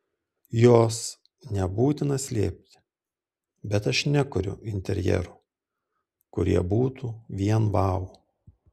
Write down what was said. jos nebūtina slėpti bet aš nekuriu interjerų kurie būtų vien vau